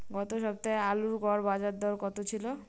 গত সপ্তাহে আলুর গড় বাজারদর কত ছিল?